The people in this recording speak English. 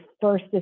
first